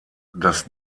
das